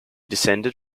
descended